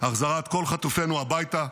החזרת כל חטופינו הביתה,